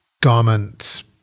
garments